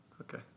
Okay